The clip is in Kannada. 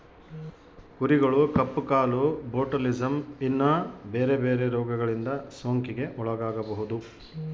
ಕುರಿಗಳು ಕಪ್ಪು ಕಾಲು, ಬೊಟುಲಿಸಮ್, ಇನ್ನ ಬೆರೆ ಬೆರೆ ರೋಗಗಳಿಂದ ಸೋಂಕಿಗೆ ಒಳಗಾಗಬೊದು